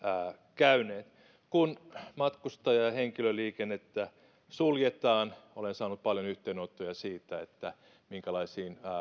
käyneet kun matkustaja ja henkilöliikennettä suljetaan olen saanut paljon yhteydenottoja siitä minkälaisiin